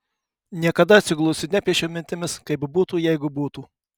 niekada atsigulusi nepiešiau mintimis kaip būtų jeigu būtų